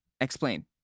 explain